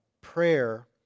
prayer